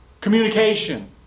communication